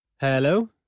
Hello